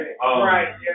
Right